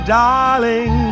darling